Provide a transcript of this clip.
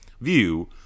View